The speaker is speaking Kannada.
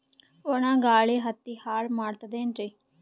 ಒಣಾ ಗಾಳಿ ಹತ್ತಿ ಹಾಳ ಮಾಡತದೇನ್ರಿ?